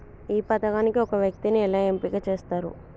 ఈ పథకానికి ఒక వ్యక్తిని ఎలా ఎంపిక చేస్తారు?